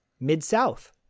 Mid-South